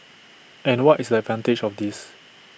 and what is the advantage of this